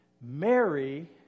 Mary